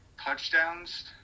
touchdowns